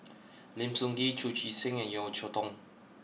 Lim Sun Gee Chu Chee Seng and Yeo Cheow Tong